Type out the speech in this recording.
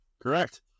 correct